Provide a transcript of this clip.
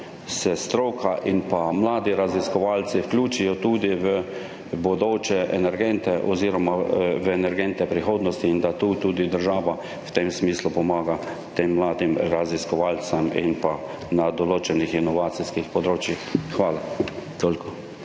stroka in mladi raziskovalci vključijo tudi v bodoče energente oziroma v energente prihodnosti in da tudi država v tem smislu pomaga tem mladim raziskovalcem na določenih inovacijskih področjih. Toliko.